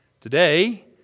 Today